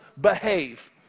behave